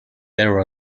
there